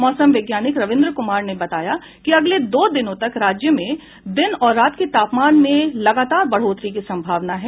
मौसम वैज्ञानिक रविन्द्र कुमार ने बताया कि अगले दो दिनों तक राज्य में दिन और रात के तापमान में लगातार बढ़ोतरी की संभावना है